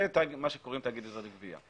זה מה שקוראים תאגיד עזר לגבייה.